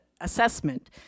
assessment